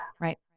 Right